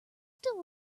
still